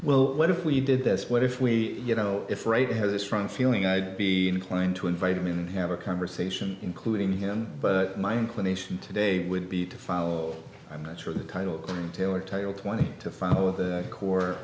well what if we did this what if we you know if right has a strong feeling i'd be inclined to invite him in and have a conversation including him but my inclination today would be to follow i'm not sure the keitel can tailor title twenty to follow the core